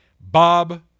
Bob